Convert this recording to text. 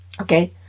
Okay